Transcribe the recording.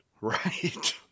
Right